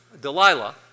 Delilah